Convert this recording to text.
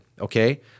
okay